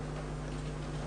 אפשרי.